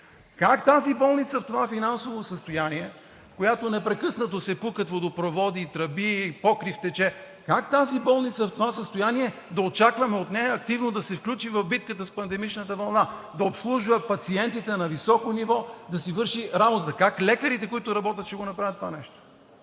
Как тази болница в това финансово състояние, в която непрекъснато се пукат водопроводи, тръби, покрив тече, как от болница в това състояние да очакваме от нея активно да се включи в битката с пандемичната вълна, да обслужва пациентите на високо ниво, да си върши работата, как лекарите, които работят, ще го направят това нещо?